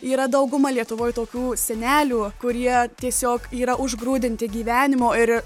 yra dauguma lietuvoj tokių senelių kurie tiesiog yra užgrūdinti gyvenimo ir